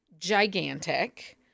gigantic